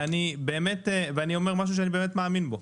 ואני אומר משהו שאני באמת מאמין בו.